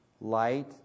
light